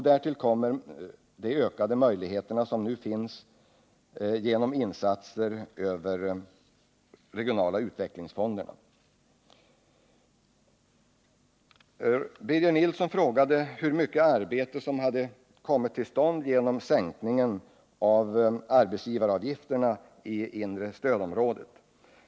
Därtill kommer de ökade möjligheter som nu finns genom insatser via de regionala utvecklings Birger Nilsson frågade hur mycket arbete som kommit till stånd genom sänkningen av arbetsgivaravgifterna i det inre stödområdet.